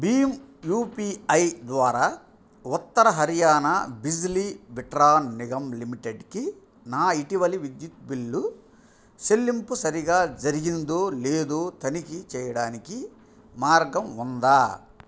Bhim UPI ద్వారా ఉత్తర హర్యానా బిజ్లి విట్రాన్ నిగమ్ లిమిటెడ్కి నా ఇటీవలి విద్యుత్ బిల్లు చెల్లింపు సరిగ జరిగిందో లేదో తనికి చేయడానికి మార్గం ఉందా